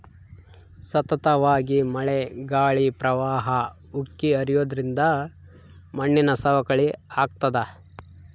ಸತತವಾಗಿ ಮಳೆ ಗಾಳಿ ಪ್ರವಾಹ ಉಕ್ಕಿ ಹರಿಯೋದ್ರಿಂದ ಮಣ್ಣಿನ ಸವಕಳಿ ಆಗ್ತಾದ